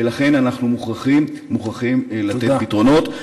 לכן אנחנו מוכרחים מוכרחים לתת פתרונות.